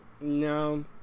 no